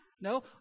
No